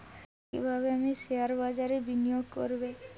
কিভাবে আমি শেয়ারবাজারে বিনিয়োগ করবে?